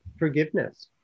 forgiveness